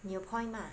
你有 point 吗